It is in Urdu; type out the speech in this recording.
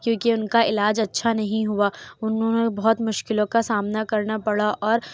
کیونکہ ان کا علاج اچھا نہیں ہوا انہوں نے بہت مشکلوں کا سامنا کرنا پڑا اور